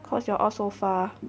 cause you are all so far